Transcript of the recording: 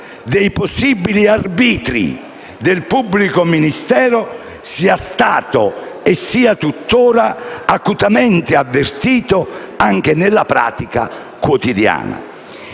dei possibili "arbitrii" del pubblico ministero sia stato e sia tuttora acutamente avvertito anche nella pratica quotidiana».